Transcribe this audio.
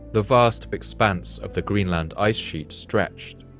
the vast expanse of the greenland ice sheet stretched.